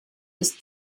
ist